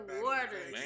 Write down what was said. water